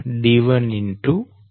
d114 d1